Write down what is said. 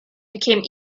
became